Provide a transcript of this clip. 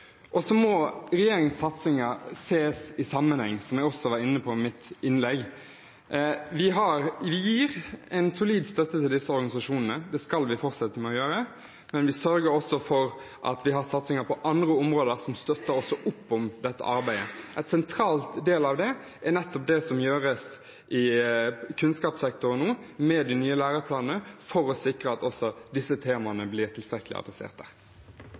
hørt. Så må regjeringens satsinger ses i sammenheng, som jeg også var inne på i mitt innlegg. Vi gir en solid støtte til disse organisasjonene – det skal vi fortsette med å gjøre – og vi sørger også for at vi har satsinger på andre områder som støtter opp om dette arbeidet. En sentral del av det er nettopp det som gjøres i kunnskapssektoren med de nye læreplanene, for å sikre at også disse temaene blir tilstrekkelig